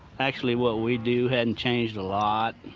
actually what we do hasn't changed a lot.